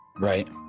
Right